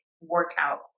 workout